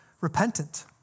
repentant